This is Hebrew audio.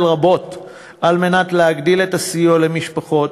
רבות על מנת להגדיל את הסיוע למשפחות,